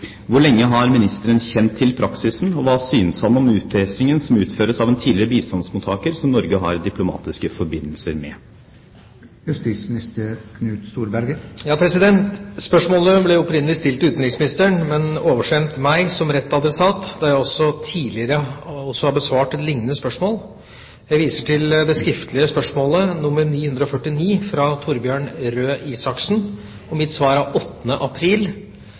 Hvor lenge har utenriksministeren kjent til praksisen, og hva synes han om utpressingen som utføres av en tidligere bistandsmottaker som Norge har diplomatiske forbindelser med?» Spørsmålet ble opprinnelig stilt til utenriksministeren, men oversendt meg som rett adressat, da jeg også tidligere har besvart et liknende spørsmål. Jeg viser til det skriftlige spørsmålet nr. 949, fra Torbjørn Røe Isaksen, og mitt svar av 8. april,